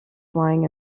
flying